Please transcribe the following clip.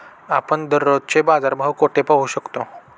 आपण दररोजचे बाजारभाव कोठे पाहू शकतो?